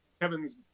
kevin's